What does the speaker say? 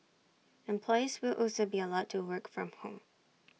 employees will also be allowed to work from home